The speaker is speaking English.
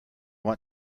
want